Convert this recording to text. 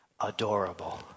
adorable